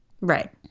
Right